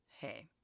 hey